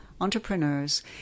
entrepreneurs